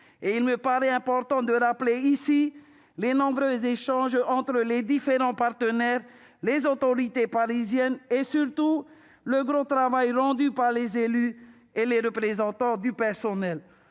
Il me paraît important de rappeler ici les nombreux échanges entre les différents partenaires et les autorités parisiennes, et surtout l'important travail rendu par les élus et les représentants du personnel.